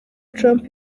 trump